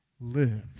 live